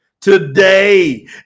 today